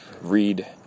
read